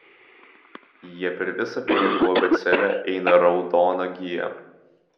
jie per visą pinigų abėcėlę eina raudona gija